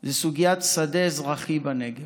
היא סוגיית שדה אזרחי בנגב.